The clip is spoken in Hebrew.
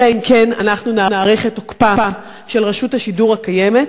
אלא אם כן אנחנו נאריך את תוקפה של רשות השידור הקיימת,